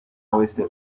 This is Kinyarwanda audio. west